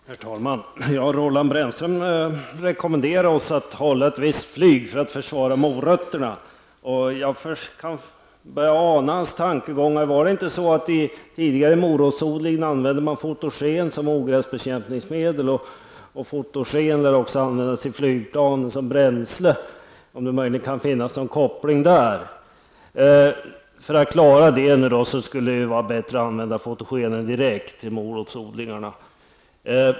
Herr talman! Roland Brännström rekommenderar oss att hålla ett visst flyg för att försvara morötterna. Jag börjar ana hans tankegångar. Var det inte så att man i tidigare morotsodling använde fotogen som ogräsbekämpningsmedel? Fotogen lär också användas i flygplan som bränsle. Kan det möjligen finnas någon koppling här? För att klara det hela skulle det vara bättre att använda fotogenen direkt till morotsodlingarna.